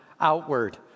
outward